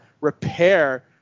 repair